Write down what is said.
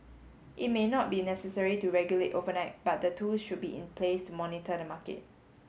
it may not be necessary to regulate overnight but the tools should be in place to monitor the market